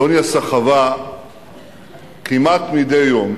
טוניה סחבה כמעט מדי יום